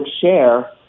share